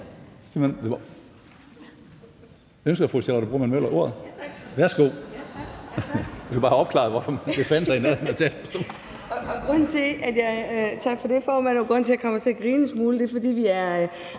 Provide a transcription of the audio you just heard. Tak for det, formand. Grunden til, at jeg kommer til at grine en smule, er, at vi er